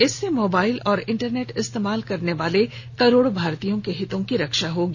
इससे मोबाइल और इंटरनेट इस्तेमाल करने वाले करोड़ों भारतीयों के हितों की रक्षा होगी